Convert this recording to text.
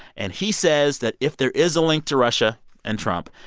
and he says that if there is a link to russia and trump,